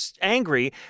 angry